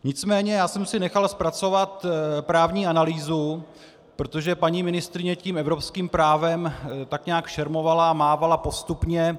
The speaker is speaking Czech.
Nicméně já jsem si nechal zpracovat právní analýzu, protože paní ministryně tím evropským právem tak nějak šermovala a mávala postupně.